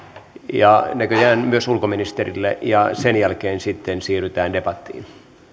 ja näköjään myös ulkoministerille ja sen jälkeen sitten siirrytään debattiin